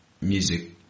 music